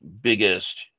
biggest